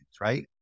right